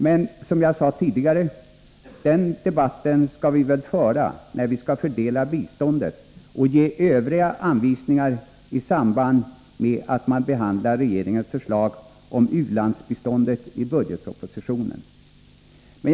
Men, som jag sade tidigare, den debatten skall vi väl föra när vi skall fördela biståndet och ge övriga anvisningar i samband med att man behandlar regeringens förslag om u-landsbiståndet i budgetpropositionen.